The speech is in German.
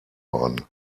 worden